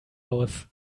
aus